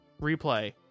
Replay